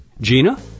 Gina